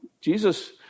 Jesus